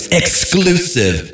exclusive